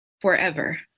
forever